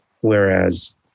Whereas